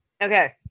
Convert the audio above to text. okay